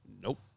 Nope